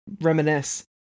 reminisce